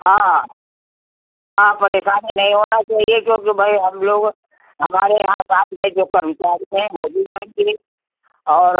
हाँ हाँ परेशानी नहीं होना चहिए क्योंकि भई हम लोग हमारे यहाँ साथ में जो कर्मचारी हैं वो भी जाएँगे और